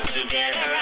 Together